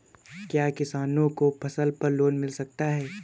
क्या किसानों को फसल पर लोन मिल सकता है?